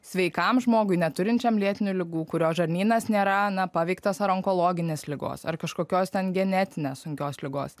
sveikam žmogui neturinčiam lėtinių ligų kurio žarnynas nėra na paveiktas ar onkologinės ligos ar kažkokios ten genetinės sunkios ligos